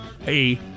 hey